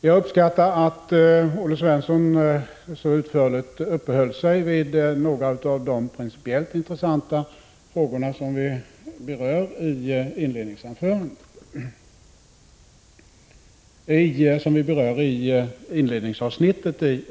Jag uppskattar att Olle Svensson så utförligt uppehöll sig vid några av de principiellt intressanta frågor som berörs i granskningsbetänkandets inledningsavsnitt.